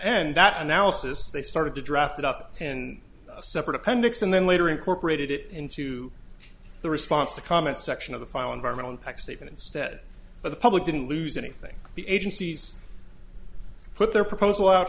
end that analysis they started to draft it up in a separate appendix and then later incorporated it into the response to comments section of the final environmental impact statement instead of the public didn't lose anything the agencies put their proposal